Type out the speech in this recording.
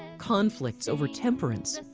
conflicts over temperance,